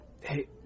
Hey